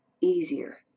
easier